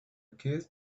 kid